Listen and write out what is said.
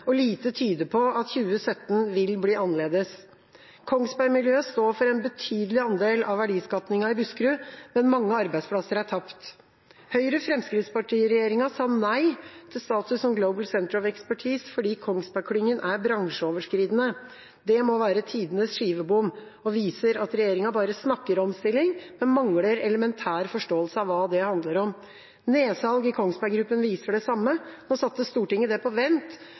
og lite tyder på at 2017 vil bli annerledes. Kongsberg-miljøet står for en betydelig andel av verdiskapingen i Buskerud, men mange arbeidsplasser er tapt. Høyre–Fremskrittsparti-regjeringa sa nei til status som Global Centre of Expertise fordi Kongsberg-klyngen er bransjeoverskridende. Det må være tidenes skivebom og viser at regjeringa bare snakker om omstilling, men mangler elementær forståelse av hva det handler om. Nedsalg i Kongsberg Gruppen viser det samme. Nå satte Stortinget det på vent,